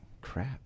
crap